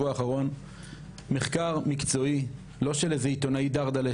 האחרון מחקר מקצועי לא של איזה עיתונאי דרדל'ה,